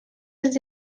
dels